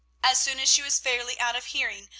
as soon as she was fairly out of hearing,